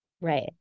right